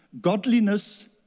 godliness